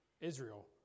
Israel